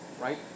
right